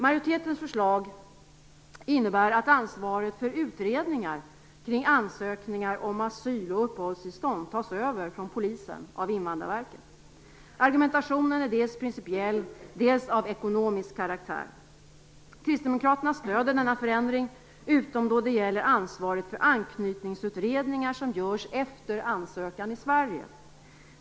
Majoritetens förslag innebär att ansvaret för utredningar kring ansökningar om asyl och uppehållstillstånd tas över från polisen av Invandrarverket. Argumentationen är dels principiell, dels av ekonomisk karaktär. Kristdemokraterna stöder denna förändring utom då det gäller ansvaret för anknytningsutredningar som görs efter ansökan i Sverige.